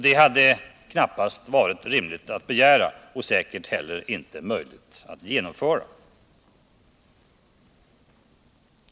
Det hade det knappast varit rimligt att begära och säkert inte heller möjligt att genomföra.